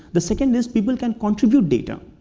the second is people can contribute data.